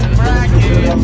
bracket